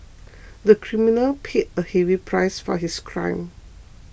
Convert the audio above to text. the criminal paid a heavy price for his crime